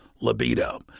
libido